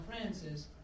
Francis